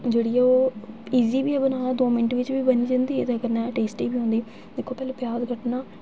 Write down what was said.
जेह्ड़ी ओह् इज़ी बी ऐ बनाना दो मिंट बिच बी बनी जंदी ते कन्नै टेस्टी बी होंदी दिक्खो पैह्लें प्याज कट्टना